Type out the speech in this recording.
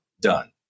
done